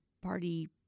party